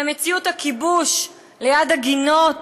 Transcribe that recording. מציאות הכיבוש ליד הגינות